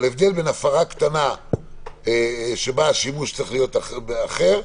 - שבה השימוש צריך להיות אחר,